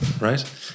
right